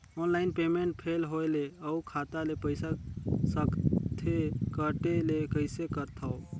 Online payment fail होय ले अउ खाता ले पईसा सकथे कटे ले कइसे करथव?